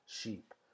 sheep